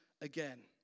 again